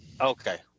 Okay